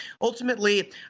ultimately